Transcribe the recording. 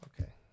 Okay